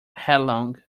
headlong